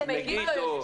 מגידו.